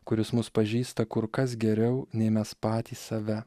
kuris mus pažįsta kur kas geriau nei mes patys save